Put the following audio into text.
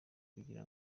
kugira